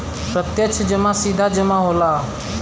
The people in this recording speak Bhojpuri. प्रत्यक्ष जमा सीधा जमा होला